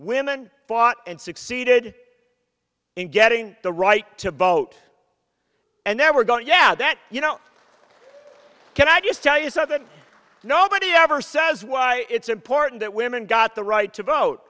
women fought and succeeded in getting the right to vote and they were going yeah that you know can i just tell you something nobody ever says why it's important that women got the right to vote